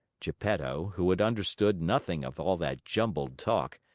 geppetto, who had understood nothing of all that jumbled talk,